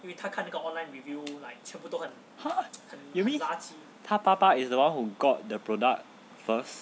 !huh! you mean 他爸爸 is the one who got the product first